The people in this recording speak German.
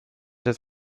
des